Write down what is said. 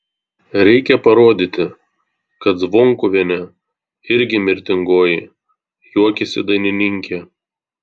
reikia parodyti kad zvonkuvienė irgi mirtingoji juokėsi dainininkė